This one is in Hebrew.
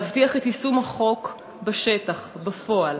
להבטיח את יישום החוק בשטח בפועל.